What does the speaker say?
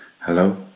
Hello